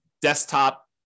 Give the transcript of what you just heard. desktop